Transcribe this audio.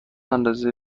اندازه